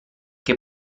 che